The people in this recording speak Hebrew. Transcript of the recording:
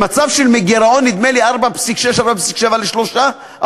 במצב של, מגירעון, נדמה לי, 4.6%, 4.7%, ל-3%.